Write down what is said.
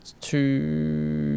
two